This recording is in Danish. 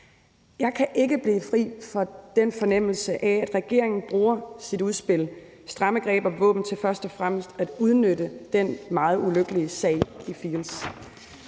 Jeg kan ikke sige mig fri for den fornemmelse, at regeringen bruger sit udspil »Strammere greb om våben« til først og fremmest at udnytte den meget ulykkelige sag i Field's,